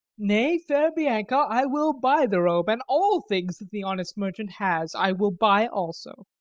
nay, fair bianca, i will buy the robe, and all things that the honest merchant has i will buy also.